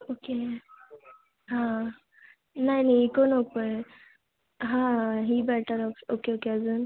okay हां नाही नाही इको नको आहे हां ही बेटर ऑप्श ओके ओके अजून